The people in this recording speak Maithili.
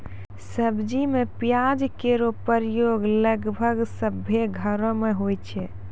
सब्जी में प्याज केरो प्रयोग लगभग सभ्भे घरो म होय छै